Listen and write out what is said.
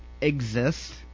exist